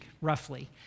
roughly